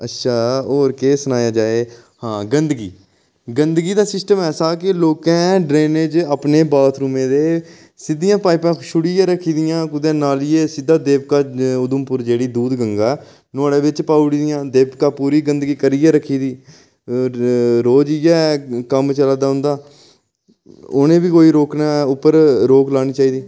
अच्छा होर केह् सनाया जाए हां गंदगी गंदगी दा सिस्टम ऐसा कि लोकें ड्रेनें च अपने बाथरूमें दे सिद्धियां पाइपां छुड़ियै रक्खी दियां कुतै नालियै सिद्धा देविका उधमपुर जेह्ड़ी दुद्ध गंगा ऐ नुहाड़े बिच पाई ओड़ी दियां देविका पूरी गंदगी करियै रक्खी दी रोज इ'यै कम्म चलै दा उं'दा उ'नें ई बी कोई रोकने उप्पर रोक लानी चाहिदी